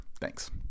Thanks